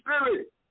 spirit